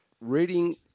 Reading